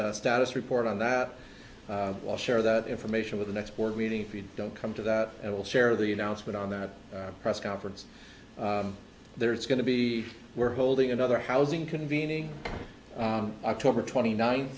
latest status report on that share that information with the next board meeting if you don't come to that it will share the announcement on that press conference there is going to be we're holding another housing convening october twenty nin